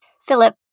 Philip